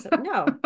no